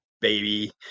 baby